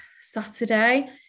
Saturday